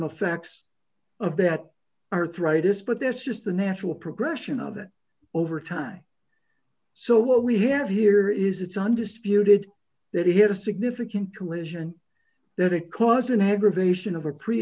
affects of that arthritis but that's just the natural progression of it over time so what we have here is it's undisputed that he had a significant collision that it caused an aggravation of a pre